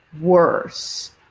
worse